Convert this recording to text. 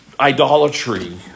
idolatry